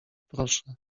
proszę